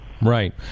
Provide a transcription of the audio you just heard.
Right